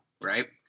right